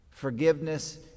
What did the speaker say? Forgiveness